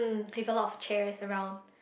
with a lot of chairs around